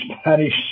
Spanish